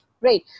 right